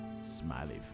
Smiley